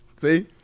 See